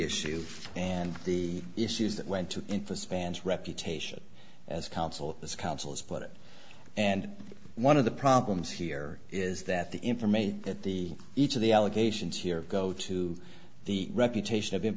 issue and the issues that went to him for spans reputation as counsel this counsel is split and one of the problems here is that the information that the each of the allegations here go to the reputation of i